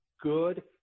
good